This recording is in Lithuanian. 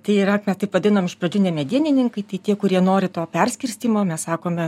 tai yra taip vadinam iš pradžių ne medininkai tai tie kurie nori to perskirstymo mes sakome